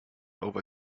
over